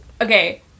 okay